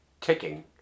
ticking